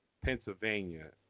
Pennsylvania